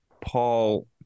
paul